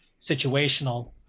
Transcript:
situational